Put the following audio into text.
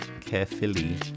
Carefully